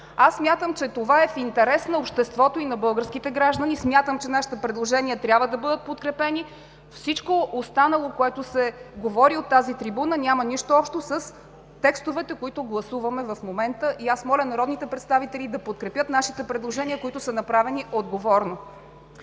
Мисля, че това е в интерес на обществото и на българските граждани. Смятам, че нашите предложения трябва да бъдат подкрепени. Всичко останало, което се говори от тази трибуна, няма нищо общо с текстовете, които гласуваме в момента, и аз моля народните представители да подкрепят нашите предложения, които са направени отговорно.